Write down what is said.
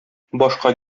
башка